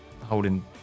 holding